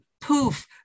poof